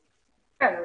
יש פה --- כן,